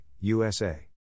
USA